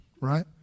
right